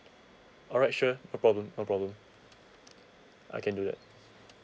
alright sure no problem no problem I can do that